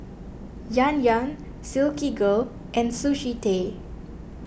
Yan Yan Silkygirl and Sushi Tei